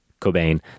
Cobain